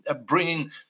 bringing